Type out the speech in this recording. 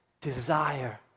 desire